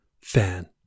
fan